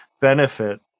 benefit